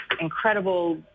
incredible